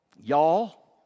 Y'all